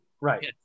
right